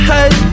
Hey